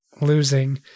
losing